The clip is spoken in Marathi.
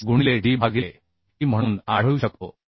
5 गुणिले d भागिले t म्हणून आढळू शकतो